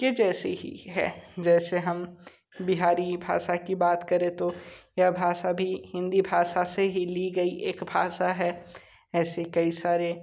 के जैसी ही है जैसे हम बिहारी भाषा की बात करें तो यह भाषा भी हिंदी भाषा से ही ली गई एक भाषा है ऐसे कई सारे